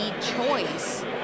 choice